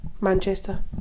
Manchester